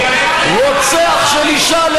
רוצח של אישה.